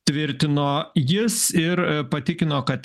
tvirtino jis ir patikino kad